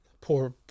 poor